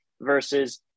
versus